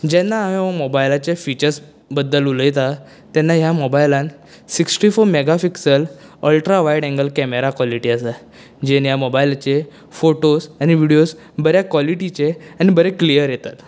जेन्ना हांवे हो मोबायलाच्या फिचर्स बद्दल उलयतां तेन्ना ह्या मोबायलांत sixty four mega pixel ultra wide angle camera quality आसा जे ह्या मोबायलांचेर फोटोस आनी विडिओस बऱ्या क्वॉलिटीचे आनी बरे क्लियर येतात